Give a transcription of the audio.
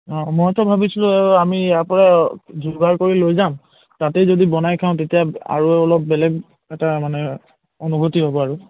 অঁ মইতো ভাবিছিলোঁ আমি ইয়াৰ পৰা যোগাৰ কৰি লৈ যাম তাতেই যদি বনাই খাওঁ তেতিয়া আৰু অলপ বেলেগ এটা মানে অনুভূতি হ'ব আৰু